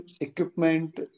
equipment